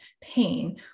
pain